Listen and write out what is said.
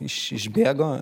iš išbėgo